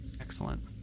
Excellent